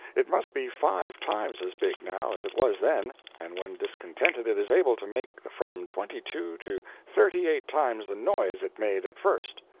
it must be five times as big, now, as it was then, and when discontented it is able to make from twenty-two to thirty-eight times the noise it made at first.